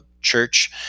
church